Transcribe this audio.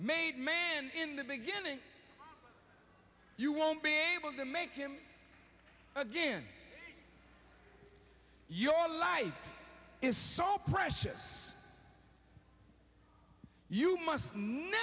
made man in the beginning you won't be able to make him again your life is so precious you must